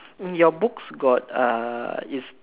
your books got uh is